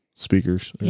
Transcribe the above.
Speakers